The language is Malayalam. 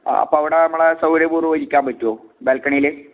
ആ അപ്പോൾ അവിടെ നമ്മളെ സൗകര്യപൂർവ്വം ഇരിക്കാൻ പറ്റുവോ ബാൽക്കണീല്